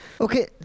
Okay